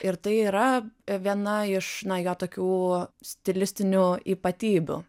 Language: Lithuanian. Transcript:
ir tai yra viena iš na jo tokių stilistinių ypatybių